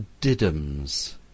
Diddums